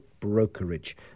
brokerage